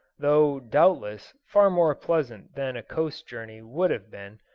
though, doubtless, far more pleasant than a coast journey would have been,